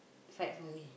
fight for me